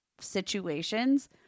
situations